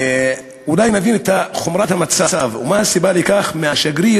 אולי נבין את חומרת המצב ומה הסיבה לכך, מהשגריר